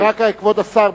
כבוד השר,